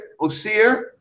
Osir